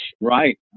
Right